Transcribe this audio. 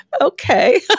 Okay